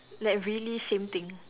like really same thing